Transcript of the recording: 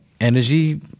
energy